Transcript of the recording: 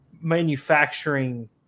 manufacturing